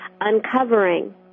uncovering